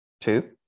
two